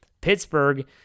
Pittsburgh